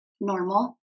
normal